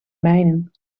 mijnen